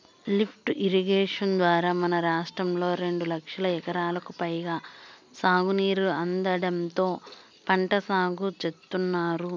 lift irrigation ద్వారా మన రాష్ట్రంలో రెండు లక్షల ఎకరాలకు పైగా సాగునీరు అందడంతో పంట సాగు చేత్తున్నారు